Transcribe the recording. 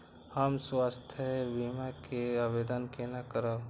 हम स्वास्थ्य बीमा के आवेदन केना करब?